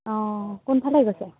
অঁ কোনফালে গৈছে